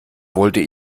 wollte